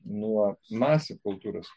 nuo masių kultūros